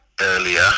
earlier